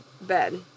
bed